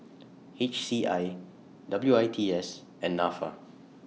H C I W I T S and Nafa